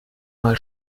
mal